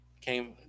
came